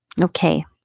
Okay